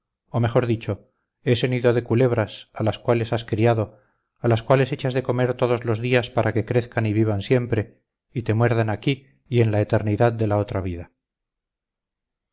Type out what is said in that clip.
o mejor dicho ese nido de culebras a las cuales has criado a las cuales echas de comer todos los días para que crezcan y vivan siempre y te muerdan aquí y en la eternidad de la otra vida